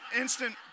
instant